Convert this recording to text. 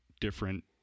different